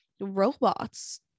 robots